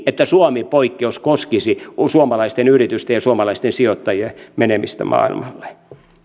että suomi poikkeus koskisi suomalaisten yritysten ja suomalaisten sijoittajien menemistä maailmalle